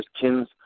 kins